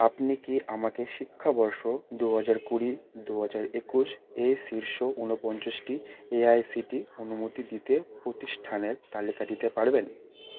আপনি কি আমাকে শিক্ষাবর্ষ দু হাজার কুড়ি দু হাজার একুশ এ শীর্ষ ঊনপঞ্চশটি এআইসিটিই অনুমোদিত প্রতিষ্ঠানের তালিকা দিতে পারবেন